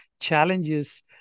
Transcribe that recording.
challenges